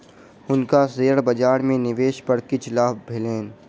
हुनका शेयर बजार में निवेश पर किछ लाभ भेलैन